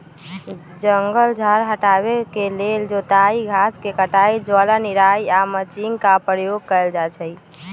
जङगल झार हटाबे के लेल जोताई, घास के कटाई, ज्वाला निराई आऽ मल्चिंग के प्रयोग कएल जाइ छइ